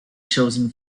chosen